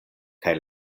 kaj